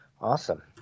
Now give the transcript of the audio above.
Awesome